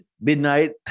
midnight